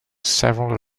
several